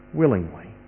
willingly